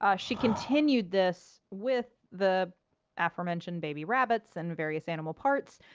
ah she continued this with the aforementioned baby rabbits and various animal parts,